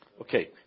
Okay